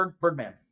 Birdman